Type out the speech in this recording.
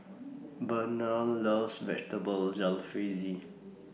Burnell loves Vegetable Jalfrezi